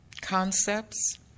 concepts